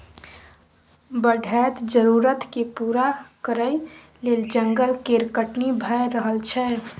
बढ़ैत जरुरत केँ पूरा करइ लेल जंगल केर कटनी भए रहल छै